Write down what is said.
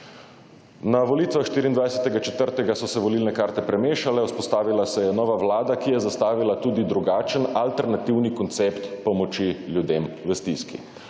na volitvah 24.4. so se volilne karte premešale, vzpostavila se je nova vlada, ki je zastavila tudi drugačen alternativni koncept pomoči ljudem v stiski.